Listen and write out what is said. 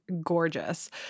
gorgeous